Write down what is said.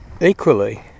equally